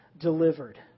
delivered